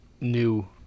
new